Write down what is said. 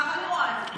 כך אני רואה את זה,